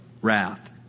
wrath